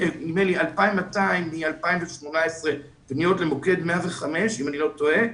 2,200 פניות למוקד 105 מ-2018, אם אני לא טועה,